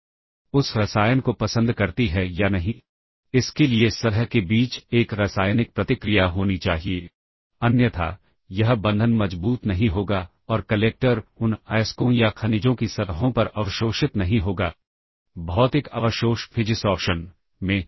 तो यह इंस्ट्रक्शन की साइज 3 बाईट जैसा कि आप समझ सकते हैं की कॉल 1 बाइट का होगा और 4000 hex 2 बाइट की जगह लेंगे सो यह इंस्ट्रक्शन कॉल 3 बाइट का हुआ